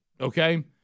Okay